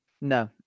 No